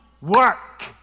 work